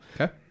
Okay